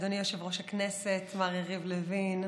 אדוני יושב-ראש הכנסת מר יריב לוין,